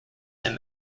him